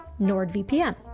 NordVPN